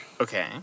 Okay